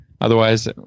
otherwise